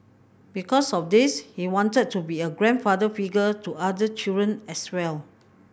because of this he wanted to be a grandfather figure to other children as well